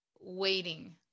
waiting